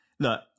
Look